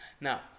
Now